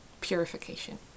purification